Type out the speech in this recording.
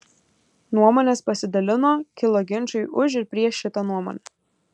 nuomonės pasidalino kilo ginčai už ir prieš šitą nuomonę